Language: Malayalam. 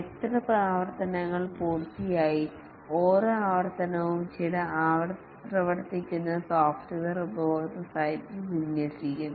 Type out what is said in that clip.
എത്ര ആവർത്തനങ്ങൾ പൂർത്തിയായി ഓരോ ആവർത്തനവും ചില പ്രവർത്തിക്കുന്ന സോഫ്റ്റ്വെയർ ഉപഭോക്തൃ സൈറ്റിൽ വിന്യസിക്കുന്നു